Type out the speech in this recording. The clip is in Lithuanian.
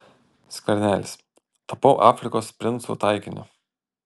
skvernelis tapau afrikos princų taikiniu